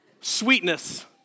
Sweetness